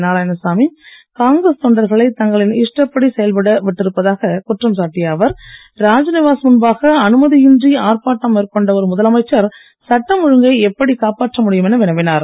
நாராயணசாமி காங்கிரஸ் தொண்டர்களை தங்களின் இஷ்டப்படி செயல்பட விட்டிருப்பதாக குற்றம் சாட்டிய அவர் ராஜ்நிவாஸ் முன்பாக அனுமதியின்றி ஆர்ப்பாட்டம் மேற்கொண்ட ஒரு முதலமைச்சர் சட்டம் ஒழுங்கை எப்படி காப்பாற்ற முடியும் என வினவினார்